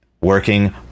working